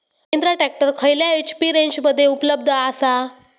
Mahindra tractor खयल्या HP रेंजमध्ये उपलब्ध आसा?